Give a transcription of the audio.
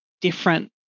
different